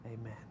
amen